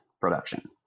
production